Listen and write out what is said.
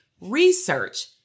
research